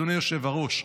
אדוני היושב-ראש,